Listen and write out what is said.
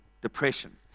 depression